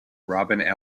robin